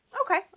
okay